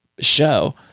show